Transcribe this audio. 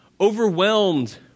overwhelmed